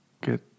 get